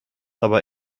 aber